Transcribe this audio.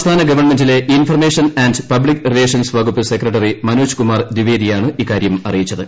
സംസ്ഥാന ഗവൺമെന്റിലെ information and public relations വകുപ്പ് സെക്രട്ടറി മനോജ് കുമാർ ദിവേദിയാണ് ഇക്കാരൃം അറിയിച്ചത്